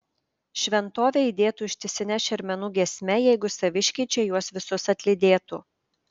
šventovė aidėtų ištisine šermenų giesme jeigu saviškiai čia juos visus atlydėtų